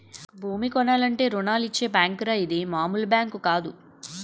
భూమి కొనాలంటే రుణాలిచ్చే బేంకురా ఇది మాములు బేంకు కాదు